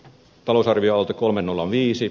talousarviota kolme nolla viisi